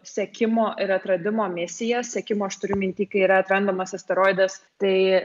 sekimo ir atradimo misiją sekimo aš turiu minty kai yra atrandamas asteroidas tai